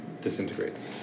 disintegrates